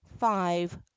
Five